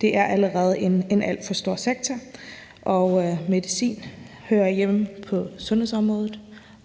Det er allerede en alt for stor sektor, og medicin hører hjemme på sundhedsområdet,